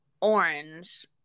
Orange